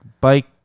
Bike